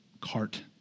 cart